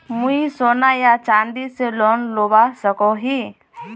मुई सोना या चाँदी से लोन लुबा सकोहो ही?